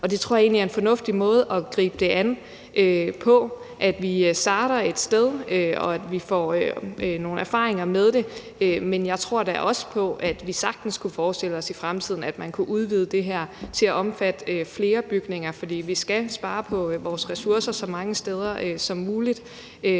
det er en fornuftig måde at gribe det an på, at vi starter et sted, og at vi får nogle erfaringer med det, men jeg tror da også, at man i fremtiden sagtens kunne forestille sig, at man kunne udvide det her til at omfatte flere bygninger. For vi skal spare på vores ressourcer så mange steder som muligt.